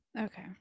Okay